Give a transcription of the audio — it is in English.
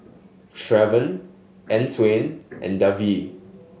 Trevon Antwain and Davie